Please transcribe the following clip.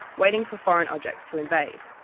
waiting for foreign objects to invade.